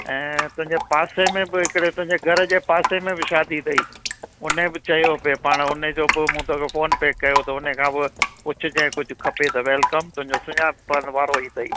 ऐं तुंहिंजे पासे में बि हिकिड़े तुंहिंजे घर जे पासे में बि शादी अथई उने बि चयो पिए पाण उन जो बि मूं तोखे फ़ोन पिए कयो त उन खां बि पुछिजांइ कुझु खपे त वेल्कम तुंहिंजो सुञापण वारो अथई